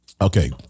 Okay